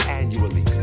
annually